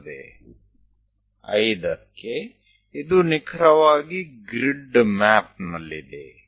5 પાસે આ ચોક્કસ રીતે ગ્રીડ નકશો છે